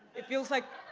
it feels like,